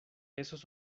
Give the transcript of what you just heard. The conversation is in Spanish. esos